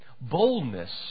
Boldness